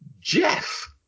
Jeff